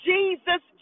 Jesus